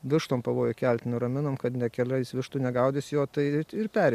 vištom pavojų kelt nuraminom kad nekelia jis vištų negaudys jo tai ir peri